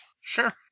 Sure